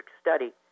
study